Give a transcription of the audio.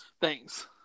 thanks